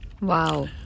Wow